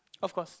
of course